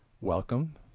welcome